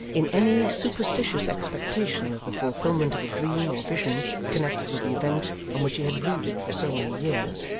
in any superstitious expectation of the fulfilment of a dream or vision connected with the event on which he had brooded for so many years,